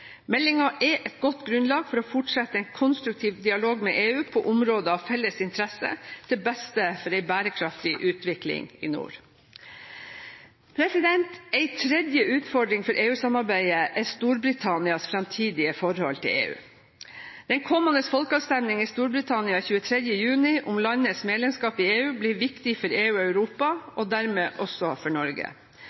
er et godt grunnlag for å fortsette en konstruktiv dialog med EU på områder av felles interesse til beste for en bærekraftig utvikling i nord. En tredje utfordring for EU-samarbeidet er Storbritannias fremtidige forhold til EU. Den kommende folkeavstemningen i Storbritannia 23. juni om landets medlemskap i EU blir viktig for EU og Europa, og dermed også for Norge.